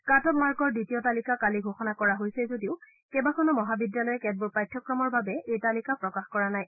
কাট অফ মাৰ্কৰ দ্বিতীয় তালিকা কালি ঘোষণা কৰা হৈছে যদিও কেইবাখনো মহাবিদ্যালয়ে কেতবোৰ পাঠ্যক্ৰমৰ বাবে এই তালিকা প্ৰকাশ কৰা নাই